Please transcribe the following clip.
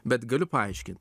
bet galiu paaiškint